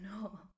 No